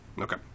Okay